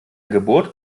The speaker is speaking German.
geburt